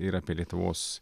ir apie lietuvos